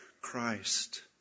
Christ